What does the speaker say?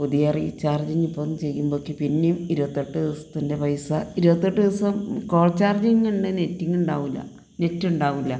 പുതിയ റീചാർജിങ് ഇപ്പം ചെയ്യുമ്പോളേക്ക് പിന്നെയും ഇരുപത്തെട്ട് ദിവസത്തിൻ്റെ പൈസ ഇരുപത്തെട്ട് ദിവസം കോൾ ചാർജിങ് ഉണ്ട് നെറ്റിങ് ഉണ്ടാവില്ല നെറ്റ് ഉണ്ടാവില്ല